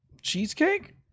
Cheesecake